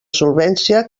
solvència